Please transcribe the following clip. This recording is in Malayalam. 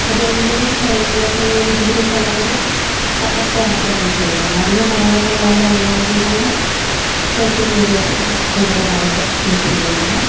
ഒരു എഴുപതിന് മേളിലോട്ടുള്ള ഏജ് ഗ്രൂപ്പുള്ളവർ പത്രത്തെ ആശ്രയിച്ചിരിക്കണം അതിന് തഴോട്ടുള്ളവരെല്ലാവരും തന്നെ സോഷ്യൽ മീഡിയാസ് ആണ് കൂടുതലായിട്ട് യൂസ് ചെയ്യുന്നത്